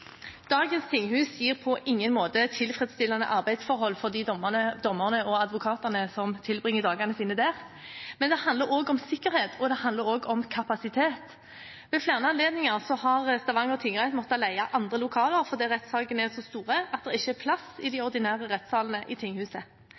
Dagens tinghus gir på ingen måte tilfredsstillende arbeidsforhold for de dommerne og advokatene som tilbringer dagene sine der, men dette handler også om sikkerhet, og det handler om kapasitet. Ved flere anledninger har Stavanger tingrett måttet leie andre lokaler fordi rettssakene er så store at det ikke er plass i de